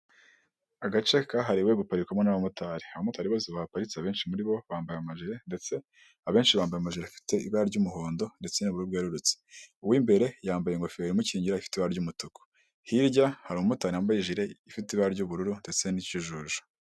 Agace kahariwe guparikwamo n'abamotari, abamotari bose bahaparitse abenshi muri bo bambaye amajire, ndetse abenshi bambaye amajire afite ibara ry'umuhondo, ndetse n'ubururu bwerurutse. Uw'imbere yambaye ingofero imukingira ifite ibara ry'umutuku. Hirya hari umu motari wambaye ijire ifite ibara ry'ubururu, ndetse n'ikijuju.